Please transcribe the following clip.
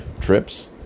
trips